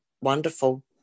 wonderful